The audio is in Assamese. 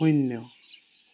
শূন্য